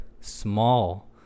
small